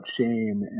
shame